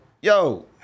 yo